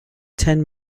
ten